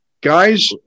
Guys